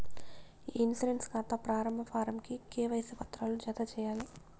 ఇ insurance కాతా ప్రారంబ form కి కేవైసీ పత్రాలు జత చేయాలి